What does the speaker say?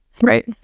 Right